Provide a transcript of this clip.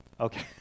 okay